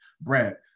Brad